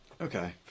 Okay